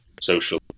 social